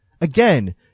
again